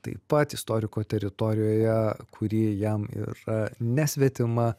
taip pat istoriko teritorijoje kuri jam yra nesvetima